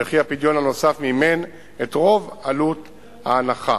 וכי הפדיון הנוסף מימן את רוב עלות ההנחה.